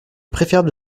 préférable